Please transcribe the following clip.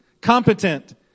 competent